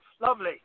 Lovely